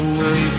Away